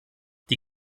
die